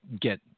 get